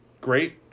great